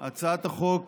הצעת החוק